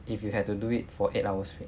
if you had to do it for eight hours straight